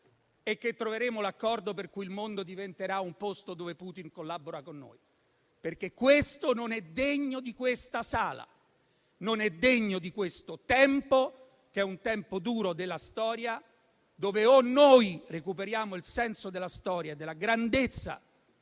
e che troveremo l'accordo per cui il mondo diventerà un posto dove Putin collaborerà con noi. Ciò non è degno di quest'Aula, né di questo tempo, che è un tempo duro della storia, nel quale o recuperiamo il senso della storia e della grandezza